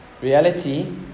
Reality